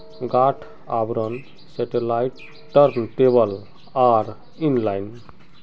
गांठ आवरण satellite turn table are in line